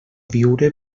viure